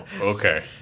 Okay